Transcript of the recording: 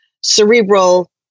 cerebral